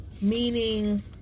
Meaning